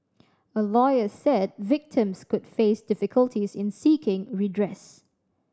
a lawyer said victims could face difficulties in seeking redress